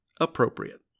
Appropriate